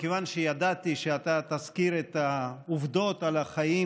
מכיוון שידעתי שאתה תזכיר את העובדות על החיים